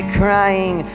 crying